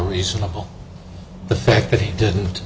reasonable the fact that he didn't